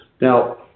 Now